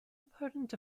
opponent